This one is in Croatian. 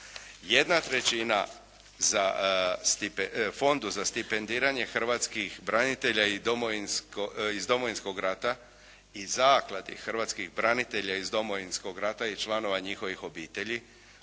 Jedna trećina Fondu za stipendiranje hrvatskih branitelja iz Domovinskog rata i Zakladi hrvatskih branitelja iz Domovinskog rata i članova njihovih obitelji